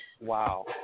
Wow